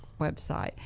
website